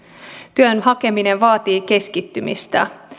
työn hakeminen vaatii keskittymistä